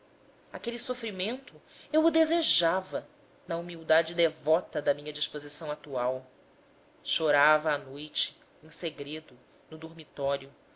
aquele sofrimento eu o desejava na humildade devota da minha disposição atual chorava à noite em segredo no dormitório